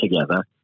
together